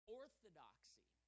orthodoxy